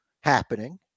happening